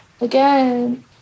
again